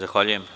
Zahvaljujem.